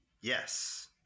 Yes